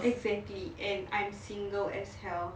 exactly and I'm single as hell